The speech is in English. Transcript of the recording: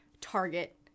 target